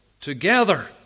together